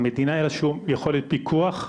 המדינה אין לה שום יכולת פיקוח,